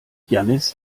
jannis